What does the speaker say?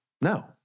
no